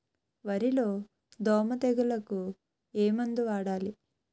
వరిలో దోమ తెగులుకు ఏమందు వాడాలి?